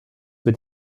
wird